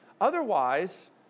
Otherwise